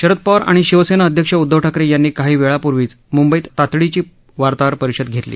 शरद पवार आणि शिवसेना अध्यक्ष उद्धव ठाकरे यांनी काही वेळापूर्वीच म्ंबईत तातडीची वार्ताहर परिषद घेतली